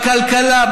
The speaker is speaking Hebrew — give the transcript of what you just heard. בכלכלה,